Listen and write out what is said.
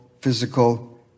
physical